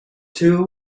two